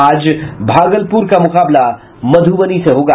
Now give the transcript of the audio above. आज भागलपुर का मुकाबला मधुबनी से होगा